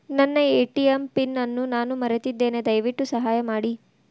ನನ್ನ ATM PIN ಅನ್ನು ನಾನು ಮರೆತಿದ್ದೇನೆ, ದಯವಿಟ್ಟು ಸಹಾಯ ಮಾಡಿ